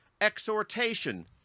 exhortation